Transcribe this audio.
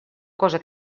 cosa